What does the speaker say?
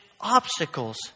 obstacles